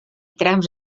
trams